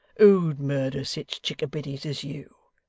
who'd murder sich chickabiddies as you?